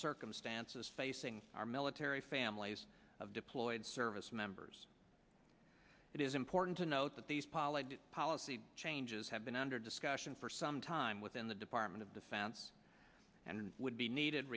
circumstances facing our military families of deployed service members it is important to note that these pollard policy changes have been under discussion for some time within the department of defense and would be needed